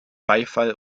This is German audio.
beifall